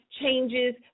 changes